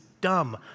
dumb